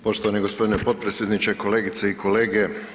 Poštovani g. potpredsjedniče, kolegice i kolege.